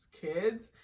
kids